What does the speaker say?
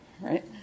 right